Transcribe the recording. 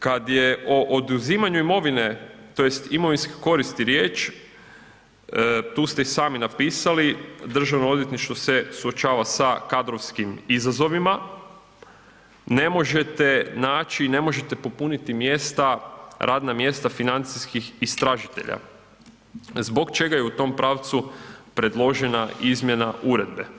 Kad je o oduzimanju imovine tj. imovinskoj koristi riječ tu ste i sami napisali državno odvjetništvo se suočava sa kadrovskim izazovima, ne može naći i ne možete popuniti mjesta, radna mjesta financijskih istražitelja zbog čega je u tom pravcu predložena izmjena uredba.